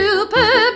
Super